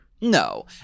No